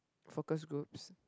focus groups